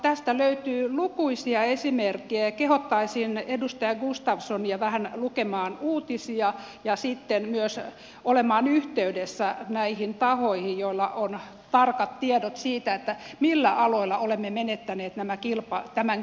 tästä löytyy lukuisia esimerkkejä ja kehottaisin edustaja gustafssonia vähän lukemaan uutisia ja sitten myös olemaan yhteydessä näihin tahoihin joilla on tarkat tiedot siitä millä aloilla olemme menettäneet tämän kilpailukykyasemamme